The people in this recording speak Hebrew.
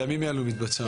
בימים אלו מתבצע מחקר.